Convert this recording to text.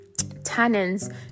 Tannins